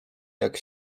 jak